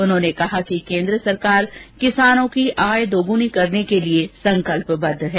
उन्होंने कहा कि केन्द्र सरकार किसानों की आय दोगुनी करने के लिए भी संकल्पबद्ध है